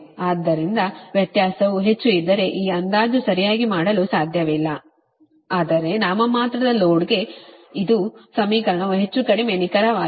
ಆದ್ದರಿಂದ ವ್ಯತ್ಯಾಸವು ಹೆಚ್ಚು ಇದ್ದರೆ ಈ ಅಂದಾಜು ಸರಿಯಾಗಿ ಮಾಡಲು ಸಾಧ್ಯವಿಲ್ಲ ಆದರೆ ನಾಮಮಾತ್ರದ ಲೋಡ್ ಗೆ ಇದು ಸಮೀಕರಣವು ಹೆಚ್ಚು ಕಡಿಮೆ ನಿಖರವಾಗಿದೆ